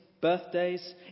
birthdays